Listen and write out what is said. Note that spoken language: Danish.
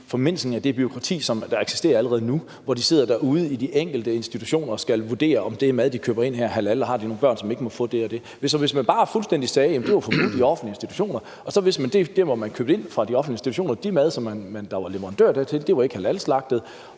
formindskelse af det bureaukrati, som der eksisterer allerede nu, hvor de sidder derude i de enkelte institutioner og skal vurdere, om den mad, de køber ind, er halal, og om de har nogle børn, som ikke må få det og det. Hvis man bare fuldstændig sagde, at det var forbudt i offentlige institutioner, og at de leverandører, som de offentlige institutioner købte ind hos, ikke solgte halalslagtet